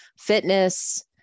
fitness